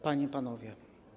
Panie i Panowie!